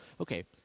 okay